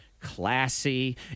classy